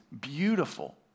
beautiful